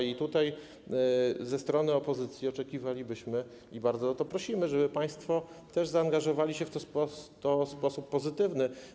I tutaj ze strony opozycji oczekiwalibyśmy, bardzo o to prosimy, żeby państwo też zaangażowali się w to w sposób pozytywny.